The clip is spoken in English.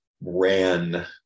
ran